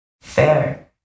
Fair